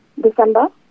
December